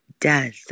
Death